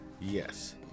Yes